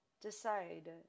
decide